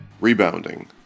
Rebounding